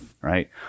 right